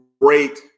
great